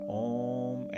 om